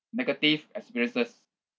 negative experiences